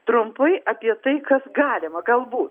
trumpai apie tai kas galima galbūt